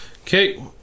Okay